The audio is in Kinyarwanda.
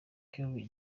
kylie